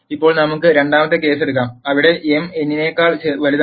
ഇപ്പോൾ നമുക്ക് രണ്ടാമത്തെ കേസ് എടുക്കാം അവിടെ m n നേക്കാൾ വലുതാണ്